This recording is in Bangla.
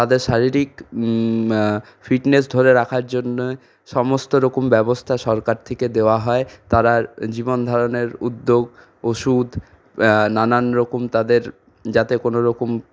তাদের শারীরিক ফিটনেস ধরে রাখার জন্যে সমস্ত রকম ব্যবস্থা সরকার থেকে দেওয়া হয় তারা জীবনধারণের উদ্যোগ ওষুধ নানান রকম তাদের যাতে কোনওরকম